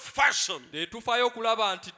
fashion